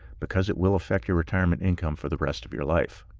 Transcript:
because it will affect your retirement income for the rest of your life.